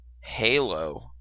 Halo